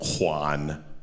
Juan